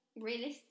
realistic